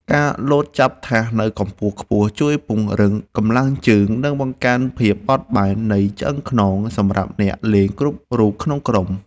ការលោតចាប់ថាសនៅកម្ពស់ខ្ពស់ជួយពង្រឹងកម្លាំងជើង និងបង្កើនភាពបត់បែននៃឆ្អឹងខ្នងសម្រាប់អ្នកលេងគ្រប់រូបក្នុងក្រុម។